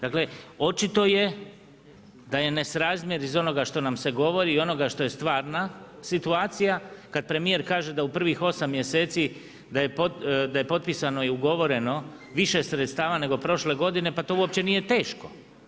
Dakle, očito je da je nesrazmjer iz onoga što nam se govori i onoga što je stvarna situacija kad premijer kaže da u prvih 8 mjeseci, da je potpisano i ugovoreno više sredstava nego prošle godine, pa to uopće nije teško.